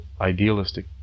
idealistic